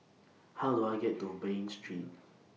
How Do I get to Bain Street